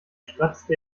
stratzte